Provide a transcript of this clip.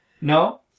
No